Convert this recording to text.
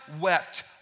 wept